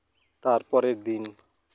ᱛᱟᱨ ᱯᱚᱨᱮᱨ ᱫᱤᱱ